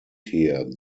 here